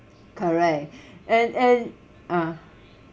correct and and ah